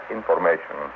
information